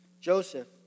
Joseph